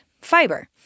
fiber